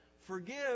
Forgive